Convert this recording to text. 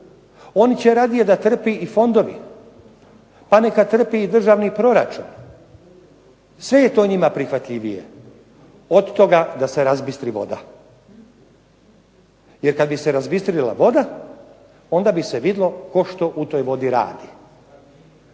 Oni će radije da trpi i fondovi, pa neka trpi i državni proračun, sve je to njima prihvatljivije od toga da se razbistri voda. Jer kad bi se razbistrila voda onda bi se vidlo tko što u toj vodi radi.